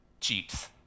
cheats